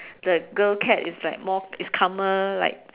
the girl cat is like more is calmer like